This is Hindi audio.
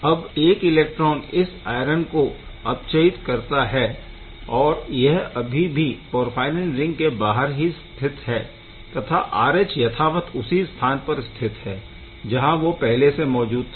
अब एक इलेक्ट्रॉन इस आयरन को अपचयित करता है और यह अभी भी पोरफ़ाईरिन रिंग के बाहर ही स्थित है तथा RH यथावत उसी स्थान पर स्थित है जहाँ वह पहले से मौजूद था